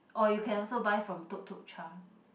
or you can also buy from Tuk Tuk Cha